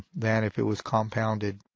than if it was compounded,